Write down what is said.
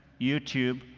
youtube,